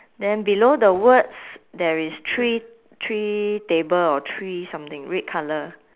then below the words there is three three table or three something red colour